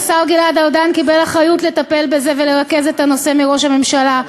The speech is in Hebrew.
השר גלעד ארדן קיבל אחריות לטפל בזה ולרכז את הנושא מראש הממשלה.